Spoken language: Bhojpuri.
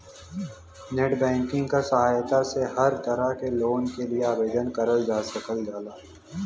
नेटबैंकिंग क सहायता से हर तरह क लोन के लिए आवेदन करल जा सकल जाला